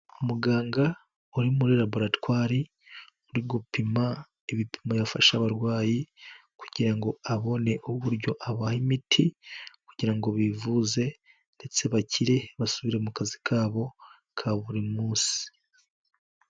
Muganga uri muri laboratwari, uri gupima ibipimo yafasha abarwayi, kugira ngo abone uburyo abaha imiti, kugirango bivuze ndetse bakire basubire mu kazi kabo ka buri munsi.